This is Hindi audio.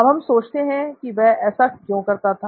अब हम सोचते हैं कि वह ऐसा क्यों करता था